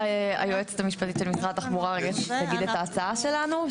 היועצת המשפטית של משרד התחבורה רגע תגיד את ההצעה שלנו.